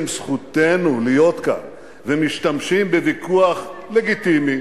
זכותנו להיות כאן ומשתמשים בוויכוח לגיטימי